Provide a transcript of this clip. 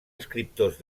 escriptors